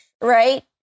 right